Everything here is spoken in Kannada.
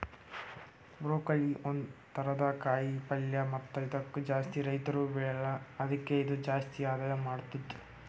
ಬ್ರೋಕೊಲಿ ಒಂದ್ ಥರದ ಕಾಯಿ ಪಲ್ಯ ಮತ್ತ ಇದುಕ್ ಜಾಸ್ತಿ ರೈತುರ್ ಬೆಳೆಲ್ಲಾ ಆದುಕೆ ಇದು ಜಾಸ್ತಿ ಆದಾಯ ಮಾಡತ್ತುದ